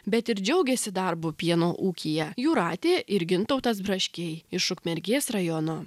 bet ir džiaugiasi darbu pieno ūkyje jūratė ir gintautas braškiai iš ukmergės rajono